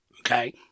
Okay